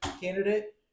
candidate